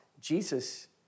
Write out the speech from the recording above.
Jesus